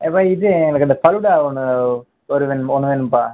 அப்புறம் இது எனக்கு இந்த ஃபாலூடா ஒன்று ஒரு ரெண்டு ஒன்று வேணும்ப்பா